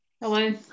Hello